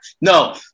No